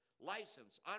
license